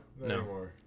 No